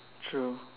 true